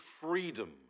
freedom